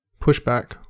pushback